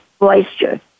moisture